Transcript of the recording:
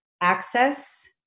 access